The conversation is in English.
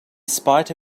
spite